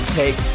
take